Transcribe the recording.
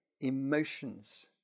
emotions